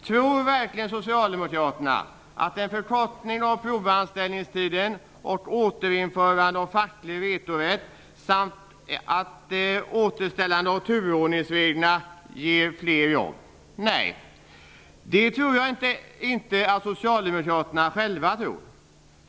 Tror verkligen socialdemokraterna att en förkortning av provanställningstiden och återinförande av facklig vetorätt samt återställande av turordningsreglerna ger fler jobb? Nej, det tror jag inte att socialdemokraterna själva tror.